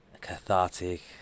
cathartic